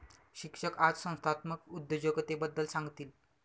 शिक्षक आज संस्थात्मक उद्योजकतेबद्दल सांगतील